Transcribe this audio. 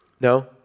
No